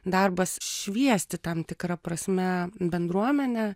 darbas šviesti tam tikra prasme bendruomenę